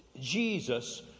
Jesus